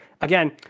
again